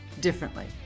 differently